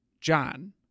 John